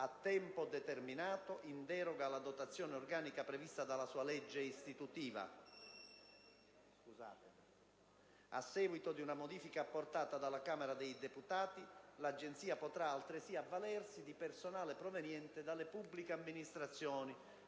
a tempo determinato, in deroga alla dotazione organica prevista dalla sua legge istitutiva. A seguito di una modifica apportata dalla Camera dei deputati, l'Agenzia potrà altresì avvalersi di personale proveniente dalle pubbliche amministrazioni,